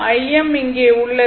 Im இங்கே உள்ளது